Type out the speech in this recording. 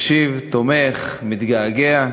מקשיב, תומך, מתגעגע,